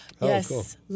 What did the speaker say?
Yes